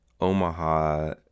Omaha